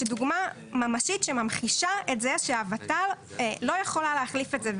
שדוגמא ממשית שממחישה את זה שהות"ל לא יכולה להחליף את זה,